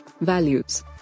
values